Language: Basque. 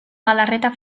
galarreta